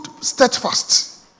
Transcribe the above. steadfast